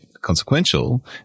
consequential